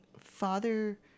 father